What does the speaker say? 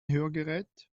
hörgerät